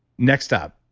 next up,